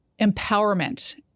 empowerment